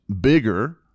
bigger